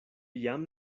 jam